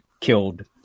killed